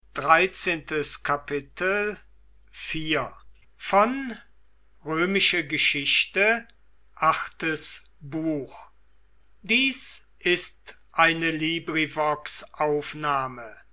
sind ist eine